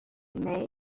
may